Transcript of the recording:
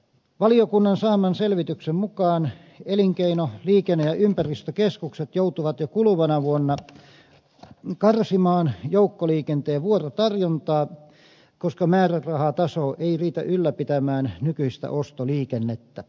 valiokunnan saaman selvityksen mukaan elinkeino liikenne ja ympäristökeskukset joutuvat jo kuluvana vuonna karsimaan joukkoliikenteen vuorotarjontaa koska määrärahataso ei riitä ylläpitämään nykyistä ostoliikennettä